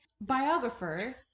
biographer